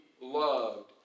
loved